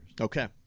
Okay